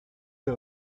des